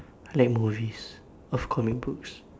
I like movies of comic books